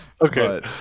Okay